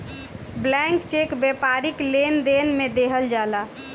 blank cheque व्यापारिक लेनदेन में देहल जाला